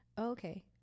okay